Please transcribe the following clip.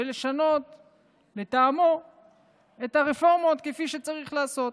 ולשנות את הרפורמות כפי שלטעמו